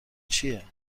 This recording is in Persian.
چیه